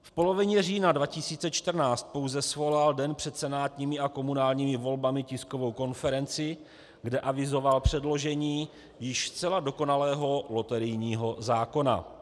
V polovině října 2014 pouze svolal den před senátními a komunálními volbami tiskovou konferenci, kde avizoval předložení již zcela dokonalého loterijního zákona.